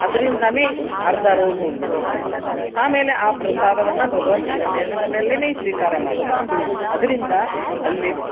ಅದರಿಂದನೇ ಅರ್ಧ ರೋಗ ಹೋಗ್ಬಿಟ್ಟಿರ್ತೈತೆ ಅವ್ರದ್ದು ಆಮೇಲೆ ಆ ಪ್ರಸಾದವನ್ನು ಭಗವಂತನ ನೆನಪಿನಲ್ಲಿನೇ ಸ್ವೀಕಾರ ಮಾಡ್ತಾರ ಅದರಿಂದ ಅಲ್ಲಿ